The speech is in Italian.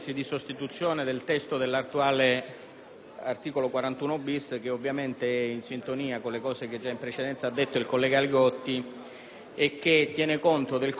articolo 41-*bis*, che ovviamente è in sintonia con quanto detto in precedenza dal collega Li Gotti e che tiene conto del confronto che si è avuto in Commissione